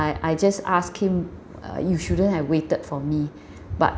I I just ask him uh you shouldn't have waited for me but